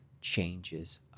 changes